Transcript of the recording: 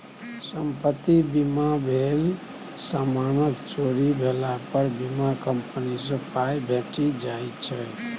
संपत्ति बीमा भेल समानक चोरी भेला पर बीमा कंपनी सँ पाइ भेटि जाइ छै